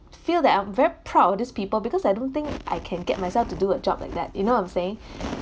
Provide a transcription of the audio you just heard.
feel that I'm very proud of this people because I don't think I can get myself to do a job like that you know what I'm saying